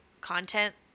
content